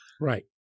Right